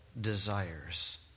desires